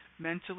Mentally